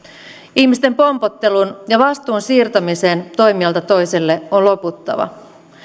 ihmisten pompottelun ja vastuun siirtämisen toimijalta toiselle on loputtava